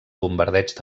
bombardeig